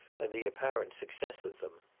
and the apparent success them.